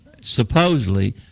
supposedly